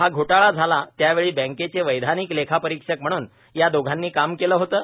हा घोटाळा झाला त्यावेळी बँकेचे वैधानिक लेखापरीक्षक म्हणून या दोघांनी काम केलं होतं